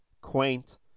quaint